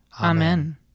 Amen